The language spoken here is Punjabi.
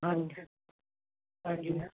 ਪੰਜ ਪੰਜ